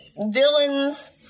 Villains